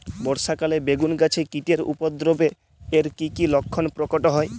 বর্ষা কালে বেগুন গাছে কীটের উপদ্রবে এর কী কী লক্ষণ প্রকট হয়?